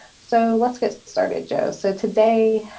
so let's get started, joe. so today,